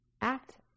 act